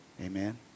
Amen